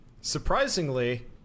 Surprisingly